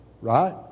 right